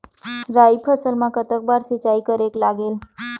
राई फसल मा कतक बार सिचाई करेक लागेल?